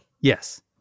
Yes